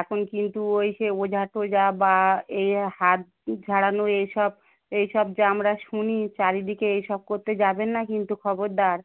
এখন কিন্তু ওই সে ওঝা টোঝা বা এই হাত ঝাড়ানো এসব এই সব যে আমরা শুনি চারিদিকে এই সব করতে যাবেন না কিন্তু খবরদার